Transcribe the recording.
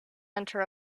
enter